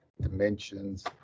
dimensions